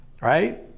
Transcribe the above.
right